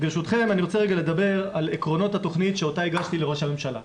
רוצה רגע לדבר על עקרונות התוכנית שאותה הגשתי לראש הממשלה.